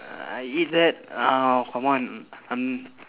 uh I eat that uh come on I'm